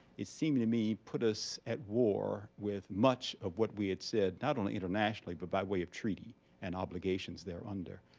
it seemed to me, us at war with much of what we had said not only internationally but by way of treaty and obligations thereunder.